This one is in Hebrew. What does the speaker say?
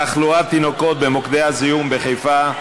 תחלואת תינוקות במוקדי הזיהום בחיפה,